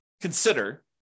consider